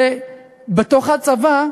ובתוך הצבא,